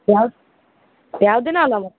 भ्या भ्याउँदिनँ होला म